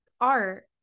art